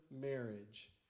marriage